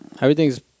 everything's